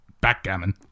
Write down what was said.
backgammon